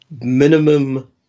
minimum